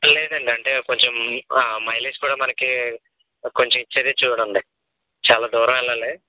లేదండి అంటే కొంచెం మైలీజ్ కుడా మనకి కొంచెం ఇచ్చేదే చూడండి చాలా దూరం వెళ్ళాలి